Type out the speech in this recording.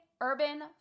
urban